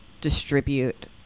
distribute